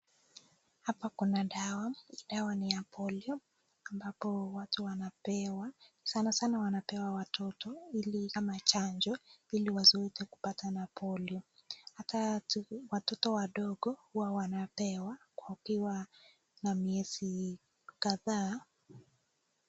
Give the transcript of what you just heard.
Hapa kuna dawa, dawa ni ya Polio ambako watu wanapewa. Sanasana wanapewa watoto ili ama chanjo ili wasiweze kupatwa na Polio. Hapa watoto wadogo huwa wanapewa wakiwa na miezi kadhaa.